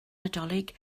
nadolig